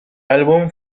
álbum